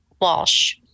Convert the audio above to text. Walsh